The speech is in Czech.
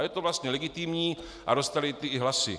Je to vlastně legitimní a dostali i ty hlasy.